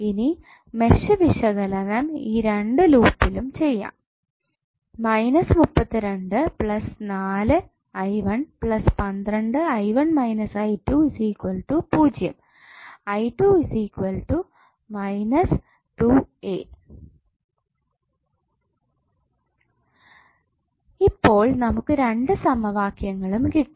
ഇനി മെഷ് വിശകലനം ഈ രണ്ട് ലൂപ്പിലും ചെയ്യാം A ഇപ്പോൾ നമുക്ക് രണ്ടു സമവാക്യങ്ങളും കിട്ടി